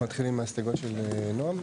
אנחנו מתחילים עם ההסתייגויות של "נעם"?